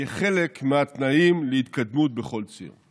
כחלק מהתנאים להתקדמות בכל ציר.